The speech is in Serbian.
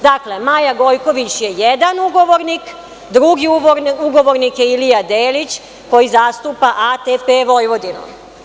Dakle, Maja Gojković je jedan ugovornik, drugi ugovornik je Ilija Delić, koji zastupa ATP Vojvodinu.